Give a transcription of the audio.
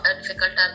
difficult